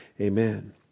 Amen